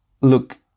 Look